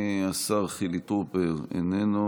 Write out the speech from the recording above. השר חילי טרופר, איננו,